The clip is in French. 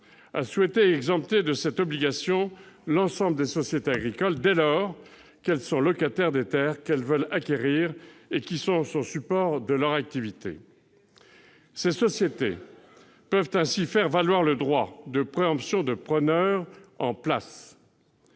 a souhaité exempter de cette obligation l'ensemble des sociétés agricoles, dès lors qu'elles sont locataires des terres qu'elles veulent acquérir et qui sont support de leur activité. Ces sociétés peuvent ainsi faire valoir le droit de préemption du preneur en place.